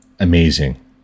amazing